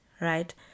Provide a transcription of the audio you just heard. right